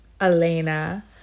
Elena